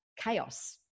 chaos